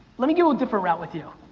let me go a different route with you.